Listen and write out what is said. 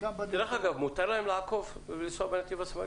מותר להם לעקוף ולנסוע בנתיב השמאלי?